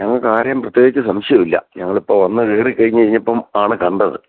ഞങ്ങൾക്കാരെയും പ്രത്യേകിച്ച് സംശയം ഇല്ല ഞങ്ങളിപ്പോൾ വന്നു കയറി കഴിഞ്ഞ് കഴിഞ്ഞപ്പം ആണ് കണ്ടത്